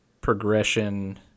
progression